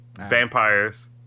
Vampires